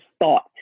thought